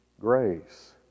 grace